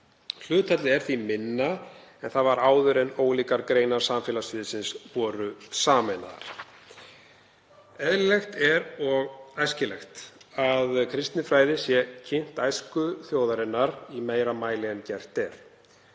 Hlutfallið er því minna en það var áður en ólíkar greinar samfélagssviðsins voru sameinaðar. Eðlilegt er og æskilegt að kristinfræði sé kynnt æsku þjóðarinnar í meira mæli en gert er.